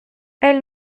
elle